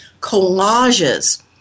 Collages